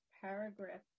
paragraph